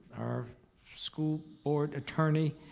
our school board attorney,